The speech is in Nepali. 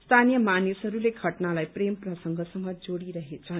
स्थानीय मानिसहरूले घटनालाई प्रेम प्रसंगसँग जोड़िरहेछन्